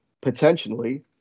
potentially